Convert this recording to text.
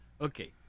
Okay